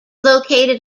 located